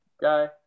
guy